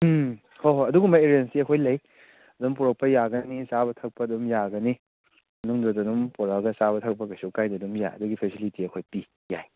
ꯎꯝ ꯍꯣꯏ ꯍꯣꯏ ꯑꯗꯨꯒꯨꯝꯕ ꯑꯦꯔꯦꯟꯖꯇꯤ ꯑꯩꯈꯣꯏ ꯂꯩ ꯑꯗꯨꯝ ꯄꯣꯔꯛꯄ ꯌꯥꯒꯅꯤ ꯆꯥꯕ ꯊꯛꯄ ꯑꯗꯨꯝ ꯌꯥꯒꯅꯤ ꯃꯅꯨꯡꯗ ꯑꯗꯨꯗꯗꯨꯝ ꯄꯣꯔꯛꯑꯒ ꯆꯥꯕ ꯊꯛꯄ ꯀꯩꯁꯨ ꯀꯥꯏꯗꯦ ꯑꯗꯨꯝ ꯌꯥꯏ ꯑꯗꯨꯒꯤ ꯐꯦꯁꯤꯂꯤꯇꯤ ꯑꯩꯈꯣꯏ ꯄꯤ ꯌꯥꯏ